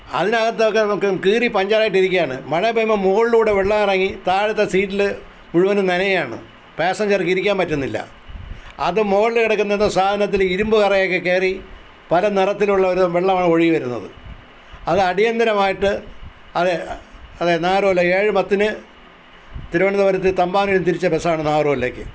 അതിനകത്തൊക്കെ മൊത്തം കീറി പഞ്ചറായിട്ട് ഇരിക്കുകയാണ് മഴ പെയ്യുമ്പോള് മുകളിലൂടെ വെള്ളം ഇറങ്ങി താഴത്തെ സീറ്റിൽ മുഴുവനും നനയുകയാണ് പാസ്സഞ്ചര്ക്ക് ഇരിക്കാന് പറ്റുന്നില്ല അത് മുകളിൽ കിടക്കുന്ന എന്തോ സാധനത്തിൽ ഇരുമ്പ് കറയൊക്കെ കയറി പല നിറത്തിലുള്ള ഒരു വെള്ളമാണ് ഒഴുകി വരുന്നത് അത് അടിയന്തരമായിട്ട് അതെ അതെ നാഗര്കോവിൽ ഏഴ് പത്തിന് തിരുവനന്തപുരത്ത് തമ്പാനൂരിൽ നിന്ന് തിരിച്ച ബസ്സാണ് നാഗര് കോവിലിലേക്ക്